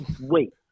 wait